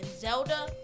Zelda